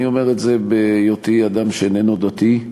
אני אומר את זה בהיותי אדם שאיננו דתי,